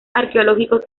arqueológicos